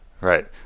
Right